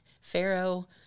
Pharaoh